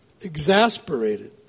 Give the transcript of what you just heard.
exasperated